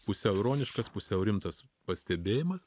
pusiau ironiškas pusiau rimtas pastebėjimas